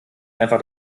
einfach